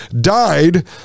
died